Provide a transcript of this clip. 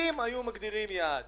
אם היו מגדירים יעד